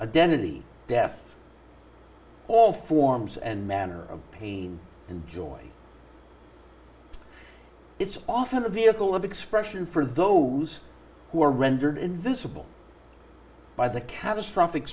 dennehy death all forms and manner of pain and joy it's often a vehicle of expression for those who are rendered invisible by the catastrophic